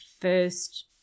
first